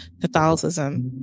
catholicism